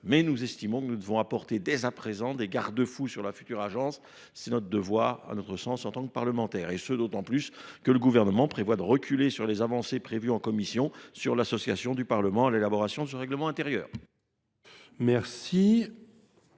nous estimons que nous devons prévoir dès à présent des garde fous pour la future agence. C’est, à notre sens, notre devoir de parlementaires, et ce d’autant plus que le Gouvernement envisage de revenir sur les avancées adoptées en commission sur l’association du Parlement à l’élaboration de ce règlement intérieur.